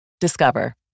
Discover